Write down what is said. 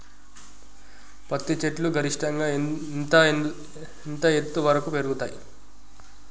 పత్తి చెట్లు గరిష్టంగా ఎంత ఎత్తు వరకు పెరుగుతయ్?